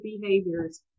behaviors